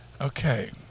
Okay